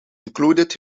included